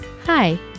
Hi